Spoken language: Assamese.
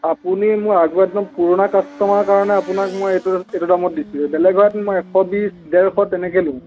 আপুনি মোৰ আগৰ একদম পুৰণা কাষ্টমাৰ কাৰণে আপোনাক মই এইটো ৰে'টত এইতো দামত দিছোঁ বেলেগ হোৱাহেঁতেন মই এশ বিছ ডেৰশ তেনেকৈ দিওঁ